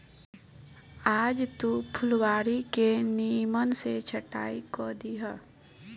आज तू फुलवारी के निमन से छटाई कअ दिहअ